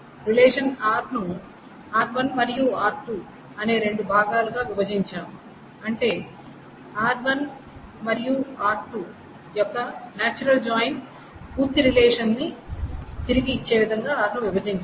relation R ను R1 మరియు R2 అనే రెండు భాగాలుగా విభజించాము అంటే R1 మరియు R2 యొక్క నాచురల్ జాయిన్ పూర్తి రిలేషన్ని తిరిగి ఇచ్చే విధంగా R ను విభజించాము